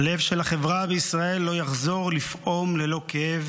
הלב של החברה בישראל לא יחזור לפעום ללא כאב